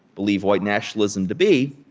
believe white nationalism to be,